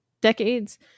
decades